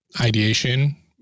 Ideation